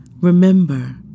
Remember